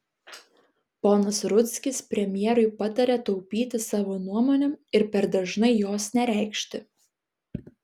ponas rudzkis premjerui pataria taupyti savo nuomonę ir per dažnai jos nereikšti